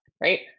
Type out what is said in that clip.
right